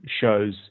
shows